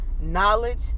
knowledge